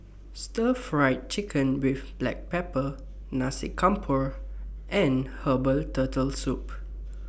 Stir Fried Chicken with Black Pepper Nasi Campur and Herbal Turtle Soup